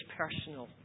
personal